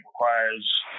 requires